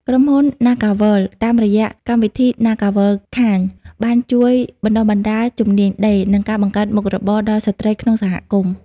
ក្រុមហ៊ុន ណាហ្គាវើលដ៍ (NagaWorld) តាមរយៈកម្មវិធី "NagaWorld Kind" បានជួយបណ្តុះបណ្តាលជំនាញដេរ និងការបង្កើតមុខរបរដល់ស្ត្រីក្នុងសហគមន៍។